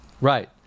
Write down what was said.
Right